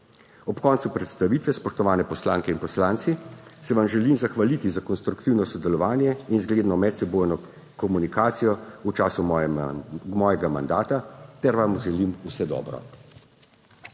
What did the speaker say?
Ob koncu predstavitve, spoštovane poslanke in poslanci, se vam želim zahvaliti za konstruktivno sodelovanje in zgledno medsebojno komunikacijo v času mojega mandata ter vam želim vse dobro.